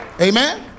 amen